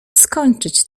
skończyć